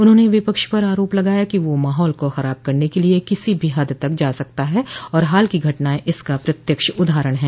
उन्होंने विपक्ष पर आरोप लगाया कि वह माहौल को खराब करने के लिये किसी भी हद तक जा सकता है और हाल की घटनाएं इसका प्रत्यक्ष उदाहरण है